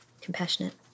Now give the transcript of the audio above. compassionate